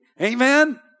Amen